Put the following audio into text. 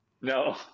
No